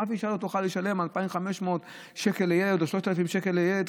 אף אישה לא תוכל לשלם 2,500 שקל לילד או 3,000 שקל לילד,